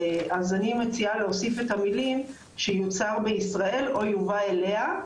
אני מציעה להוסיף את המילים: שיוצר בישראל או יובא אליה.